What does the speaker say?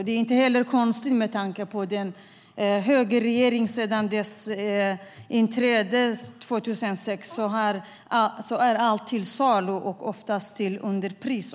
Det är inte heller konstigt med tanke på att sedan högerregeringen tillträdde 2006 är allt till salu, oftast till underpris.